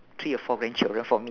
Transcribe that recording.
three or four grandchildren for me